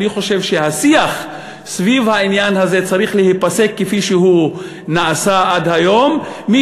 אני חושב שהשיח סביב העניין הזה כפי שהוא נעשה עד היום צריך להיפסק.